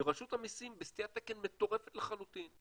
ורשות המסים בסטיית תקן מטורפת לחלוטין,